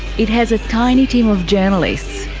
it has a tiny team of journalists.